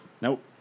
Nope